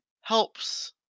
helps